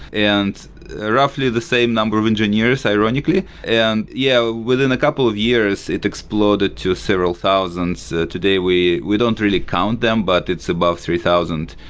and roughly the same number of engineers ironically. and yeah, within a couple of years, it exploded to several thousands. today we we don't really count them, but it's about three thousand.